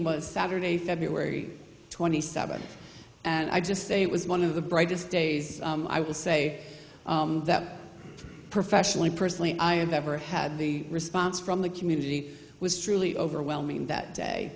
was saturday february twenty seventh and i just say it was one of the brightest days i will say that professionally personally i have ever had the response from the community was truly overwhelming that day